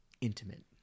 intimate